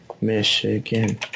Michigan